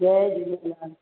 Jay Jhulelal